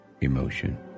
emotion